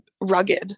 rugged